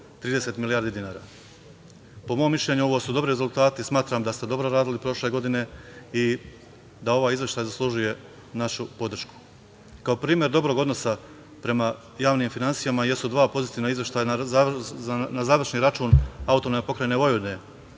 130 milijardi dinara. Po mom mišljenju ovo su dobri rezultati. Smatram da ste dobro radili prošle godine i da ovaj izveštaj zaslužuje našu podršku. Kao primer dobrog odnosa prema javnim finansijama jesu dva pozitivna izveštaja na završni račun AP Vojvodine.